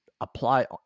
apply